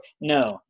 No